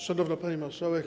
Szanowna Pani Marszałek!